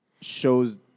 shows